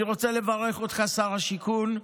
אני רוצה לברך אותך, שר השיכון.